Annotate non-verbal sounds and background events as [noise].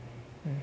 [breath]